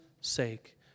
sake